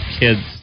kids